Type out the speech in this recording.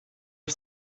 her